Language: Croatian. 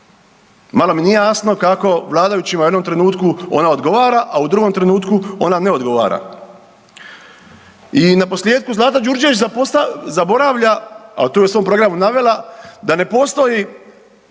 Malo mi nije jasno kako vladajućima u jednom trenutku ona odgovara, a u drugom trenutku ona ne odgovara. I naposljetku Zlata Đurđević zaboravlja, a to je u svom programu navela da ne postoji